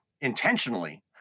intentionally